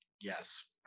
Yes